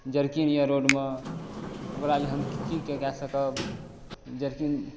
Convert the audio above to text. jerking यऽ रोडमे ओकरा लेल हम की कए सकब जर्किंग